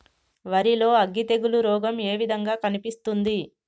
వరి లో అగ్గి తెగులు రోగం ఏ విధంగా కనిపిస్తుంది?